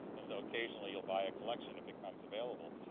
and so, occasionally, you'll buy a collection if it comes available.